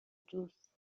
دوست